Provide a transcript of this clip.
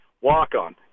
walk-on